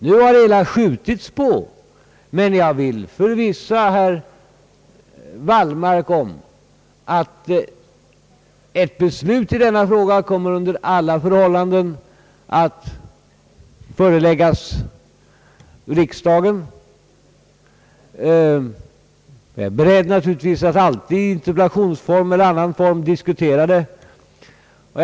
Nu har vi fått lov att skjuta på det hela, men jag vill försäkra herr Wallmark, att ett beslut i denna fråga under alla förhållanden kommer att föreläggas riksdagen. Jag är naturligtvis alltid beredd att i interpellationsform eller i annan form diskutera detta projekt.